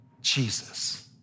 Jesus